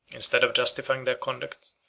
instead of justifying their conduct,